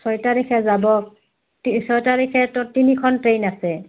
ছয় তাৰিখে যাব ছয় তাৰিখেতো তিনিখন ট্ৰেইন আছে